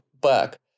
back